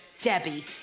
Debbie